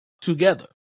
together